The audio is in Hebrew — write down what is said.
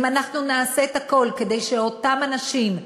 אם אנחנו נעשה את הכול כדי שאותם אנשים,